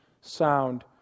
sound